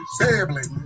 family